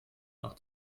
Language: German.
nach